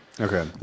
Okay